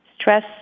stress